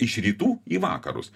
iš rytų į vakarus